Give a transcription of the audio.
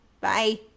Bye